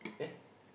eh